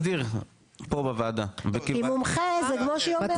את זה אנחנו נסדיר פה בוועדה.